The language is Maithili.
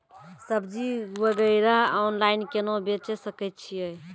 सब्जी वगैरह ऑनलाइन केना बेचे सकय छियै?